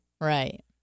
Right